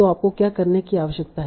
तो आपको क्या करने की आवश्यकता है